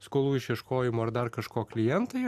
skolų išieškojimo ar dar kažko klientai